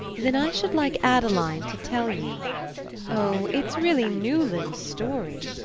then i should like adeline to tell you oh, it's really newland's story,